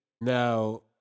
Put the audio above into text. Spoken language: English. now